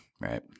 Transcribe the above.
Right